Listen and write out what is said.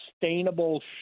sustainable